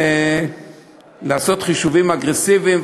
לעשות חישובים אגרסיביים,